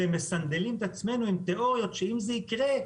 ומסנדלים את עצמנו עם תיאוריות שאם זה יקרה,